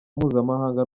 mpuzamahanga